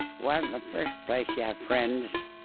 well, in the first place, you have friends.